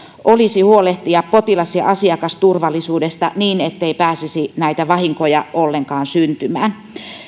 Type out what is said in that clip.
olisi huolehtia potilas ja asiakasturvallisuudesta niin ettei pääsisi näitä vahinkoja ollenkaan syntymään